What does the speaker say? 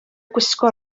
gwisgo